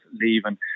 leaving